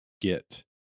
get